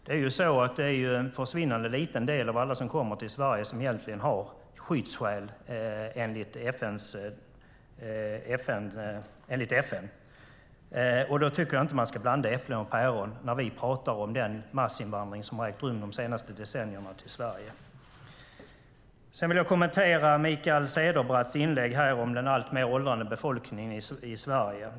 Men det är ju en försvinnande liten del av alla som kommer till Sverige som egentligen har skyddsskäl enligt FN. Jag tycker inte att man ska blanda äpplen och päron när vi pratar om den massinvandring till Sverige som har ägt rum de senaste decennierna. Jag vill också kommentera Mikael Cederbratts inlägg om den alltmer åldrande befolkningen i Sverige.